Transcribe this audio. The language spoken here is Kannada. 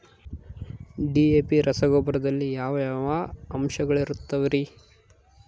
ಡಿ.ಎ.ಪಿ ರಸಗೊಬ್ಬರದಲ್ಲಿ ಯಾವ ಯಾವ ಅಂಶಗಳಿರುತ್ತವರಿ?